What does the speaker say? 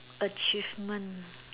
achievement